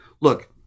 look